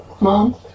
Mom